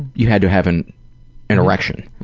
you had to have an and erection.